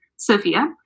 Sophia